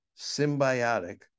symbiotic